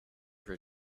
her